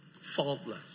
Faultless